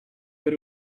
but